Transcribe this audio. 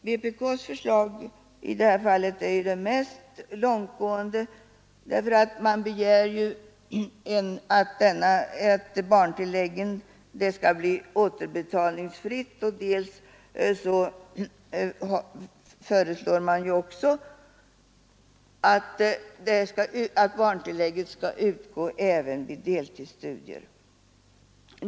Vpkss förslag i detta fall är det mest långtgående därför att man dels begär att barntillägget skall bli återbetalningsfritt, dels föreslår att barntillägget skall utgå även vid deltidsstudier.